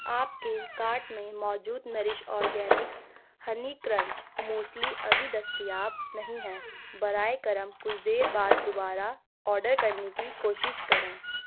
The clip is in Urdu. آپ کے کارٹ میں موجود Nourish organics honey crunch muesli ابھی دستیاب نہیں ہے برائے کرم کچھ دیر بعد دوبارہ آڈر کرنے کی کوشش کریں